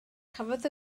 cafodd